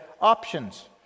options